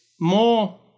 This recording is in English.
more